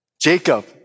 Jacob